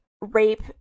rape